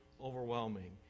overwhelming